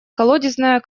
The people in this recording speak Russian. колодезное